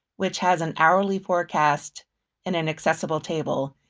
which has an hourly forecast and an accessible table.